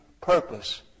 purpose